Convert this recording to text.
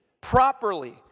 properly